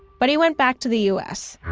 but he went back to the u s.